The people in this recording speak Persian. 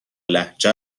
لهجه